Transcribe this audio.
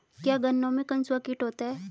क्या गन्नों में कंसुआ कीट होता है?